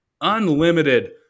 unlimited